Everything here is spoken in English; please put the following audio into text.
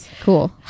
cool